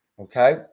okay